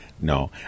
No